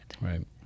right